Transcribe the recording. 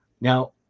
now